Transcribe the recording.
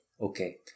okay